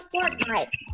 Fortnite